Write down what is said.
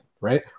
right